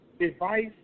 advice